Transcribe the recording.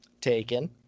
Taken